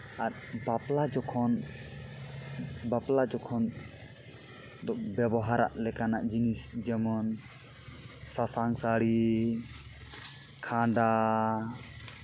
ᱟᱨ ᱵᱟᱯᱞᱟ ᱡᱚᱠᱷᱚᱱ ᱵᱟᱯᱞᱟ ᱡᱚᱠᱷᱚᱱ ᱵᱮᱵᱚᱦᱟᱨᱟᱜ ᱞᱮᱠᱟᱱᱟᱜ ᱡᱤᱱᱤᱥ ᱡᱮᱢᱚᱱ ᱥᱟᱥᱟᱝ ᱥᱟᱹᱲᱤ ᱠᱷᱟᱸᱰᱟ